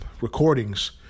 recordings